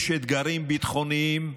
יש אתגרים ביטחוניים,